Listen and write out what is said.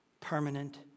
permanent